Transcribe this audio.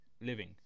living